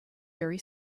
very